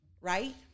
right